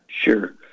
Sure